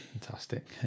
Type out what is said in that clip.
Fantastic